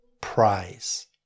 prize